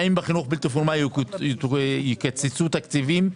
האם בחינוך בלתי פורמלי יקצצו תקציבים?